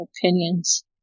opinions